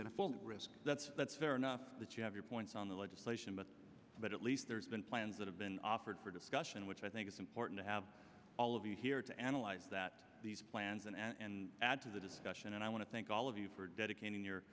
then a full risk that's that's fair enough that you have your points on the legislation but but at least there's been plans that have been offered for discussion which i think it's important to have all of you here to analyze that these plans and add to the discussion and i want to thank all of you for dedicating your